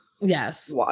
Yes